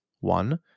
one